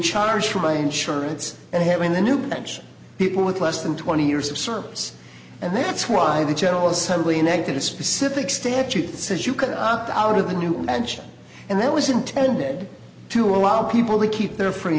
charged for my insurance and when the new pension people with less than twenty years of service and that's why the general assembly a negative specific statute says you can opt out of the new action and that was intended to allow people to keep their free